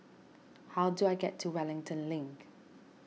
how do I get to Wellington Link